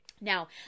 Now